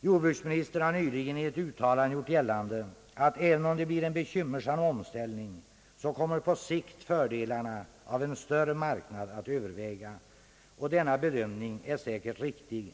Jordbruksministern har nyligen i ett uttalande gjort gällande att även om det blir en bekymmersam omställning så kommer på sikt fördelarna av en större marknad att överväga, och denna bedömning är säkert riktig.